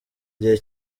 gihe